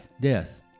death